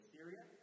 Syria